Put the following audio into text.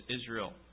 Israel